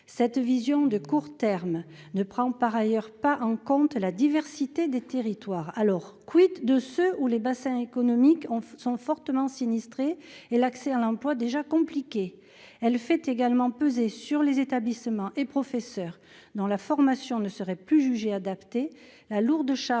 cette vision de court terme ne prend pas en compte la diversité des territoires. Qu'en sera-t-il de ceux où les bassins économiques sont fortement sinistrés et l'accès à l'emploi déjà compliqué ? En outre, cette vision fait peser sur les établissements et les professeurs dont la formation ne serait plus jugée adaptée la lourde charge